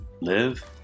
live